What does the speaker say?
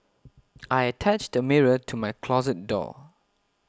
I attached a mirror to my closet door